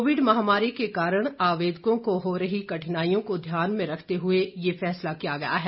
Covid महामारी के कारण आवेदकों को हो रही कठिनाइयों को ध्यान में रखते हुए यह फैसला किया गया है